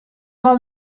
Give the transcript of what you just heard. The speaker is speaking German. mal